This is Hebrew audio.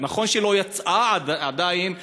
נכון שהיא לא יצאה עדיין לשיווק,